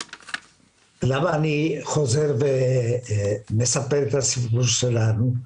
3,400. למה אני חוזר ומספר את הסיפור שלנו?